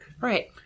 Right